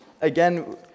Again